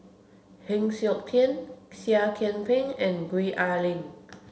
Heng Siok Tian Seah Kian Peng and Gwee Ah Leng